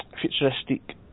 futuristic